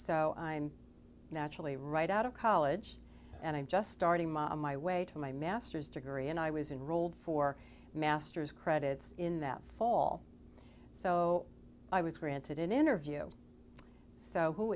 so i'm naturally right out of college and i'm just starting my way to my master's degree and i was in rolled for master's credits in that fall so i was granted an interview so who